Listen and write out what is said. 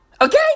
Okay